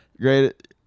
Great